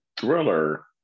Thriller